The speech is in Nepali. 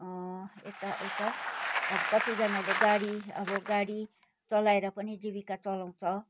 यता उता अब कतिजानाले गाडी अब गाडी चलाएर पनि जीविका चलाउँछ